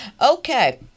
Okay